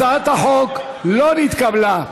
הצעת החוק לא נתקבלה.